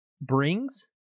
brings